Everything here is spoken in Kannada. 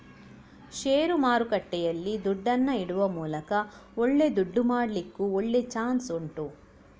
ಷೇರು ಮಾರುಕಟ್ಟೆಯಲ್ಲಿ ದುಡ್ಡನ್ನ ಇಡುವ ಮೂಲಕ ಒಳ್ಳೆ ದುಡ್ಡು ಮಾಡ್ಲಿಕ್ಕೂ ಒಳ್ಳೆ ಚಾನ್ಸ್ ಉಂಟು